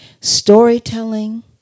Storytelling